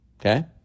Okay